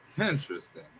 Interesting